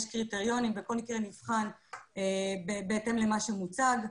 יש קריטריונים וכל מקרה נבחן בהתאם למה שמוצג,